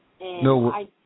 No